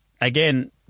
again